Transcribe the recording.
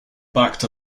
backed